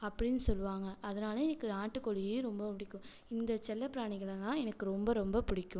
அப்படின்னு சொல்லுவாங்க அதனால் எனக்கு நாட்டுக்கோழியையும் ரொம்பப் பிடிக்கும் இந்த செல்லப்பிராணிகளெல்லாம் எனக்கு ரொம்ப ரொம்பப் பிடிக்கும்